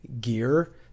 gear